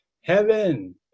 heaven